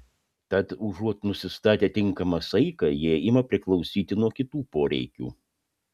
tad užuot nusistatę tinkamą saiką jie ima priklausyti nuo kitų poreikių